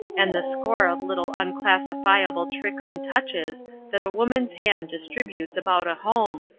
and the score of little unclassifiable tricks and touches that a woman's hand distributes about a home,